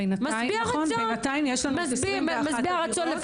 זה משביע רצון,